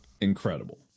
incredible